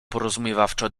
porozumiewawczo